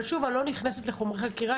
אבל שוב, אני לא נכנסת לחומרי חקירה.